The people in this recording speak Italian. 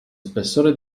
spessore